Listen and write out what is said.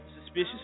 suspicious